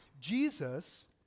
Jesus